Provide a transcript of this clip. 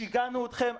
שיגענו אתכם,